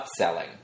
upselling